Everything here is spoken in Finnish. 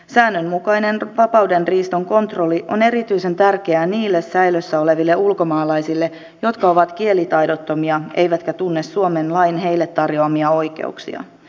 säännönmukainen vapaudenriiston kontrolli on erityisen tärkeää niille säilössä oleville ulkomaalaisille jotka ovat kielitaidottomia eivätkä tunne suomen lain heille tarjoamia oikeuksia